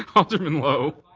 alderman lowe?